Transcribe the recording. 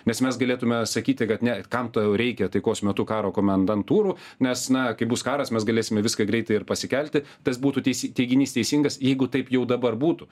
nes mes galėtume sakyti kad ne kam tau reikia taikos metu karo komendantūrų nes na kai bus karas mes galėsime viską greitai ir pasikelti tas būtų teisi teiginys teisingas jeigu taip jau dabar būtų